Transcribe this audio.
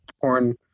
porn